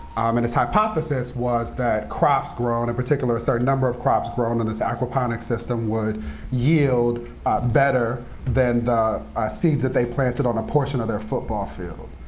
and his hypothesis was that crops grown, and a particular, certain number of crops grown, in this aquaponics system would yield better than the seeds that they planted on a portion of their football field.